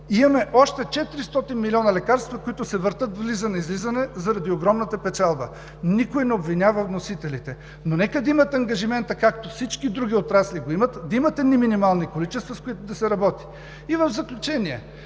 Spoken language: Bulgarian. имаме още 400 милиона за лекарства, които се въртят „влизане-излизане“ заради огромната печалба. Никой не обвинява вносителите, но нека да имат ангажимента, както всички други отрасли го имат, да имат едни минимални количества, с които да се работи. И в заключение,